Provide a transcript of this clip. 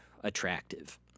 attractive